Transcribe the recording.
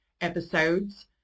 episodes